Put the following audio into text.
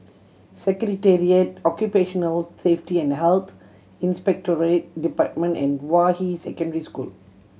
Secretariat Occupational Safety and Health Inspectorate Department and Hua Yi Secondary School